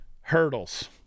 Hurdles